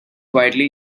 widely